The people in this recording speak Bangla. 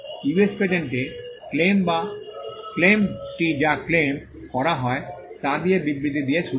US পেটেন্টে ক্লেম টি যা ক্লেম করা হয় তা দিয়ে বিবৃতি দিয়ে শুরু হয়